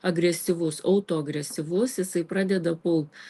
agresyvus autoagresyvus jisai pradeda pult